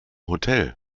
hotel